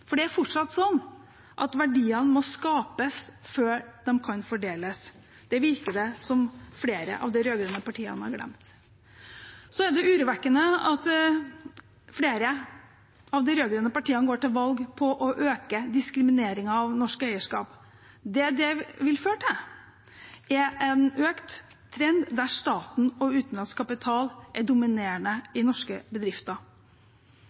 for det er fortsatt sånn at verdiene må skapes før de kan fordeles. Det virker det som flere av de rød-grønne partiene har glemt. Det er urovekkende at flere av de rød-grønne partiene går til valg på å øke diskrimineringen av norsk eierskap. Det det vil føre til, er en økt trend der staten og utenlandsk kapital er dominerende i norske bedrifter.